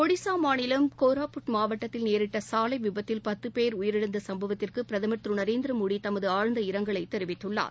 ஒடிசா மாநிலம் கோராபுட் மாவட்டத்தில் நேரிட்ட சாலை விபத்தில் பத்து பேர் உயிரிழந்த சும்பவத்திற்கு பிரதமர் திரு நரேந்திரமோடி தமது ஆழ்ந்த இரங்கலை தெரிவித்துள்ளார்